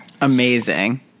Amazing